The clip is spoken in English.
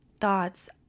thoughts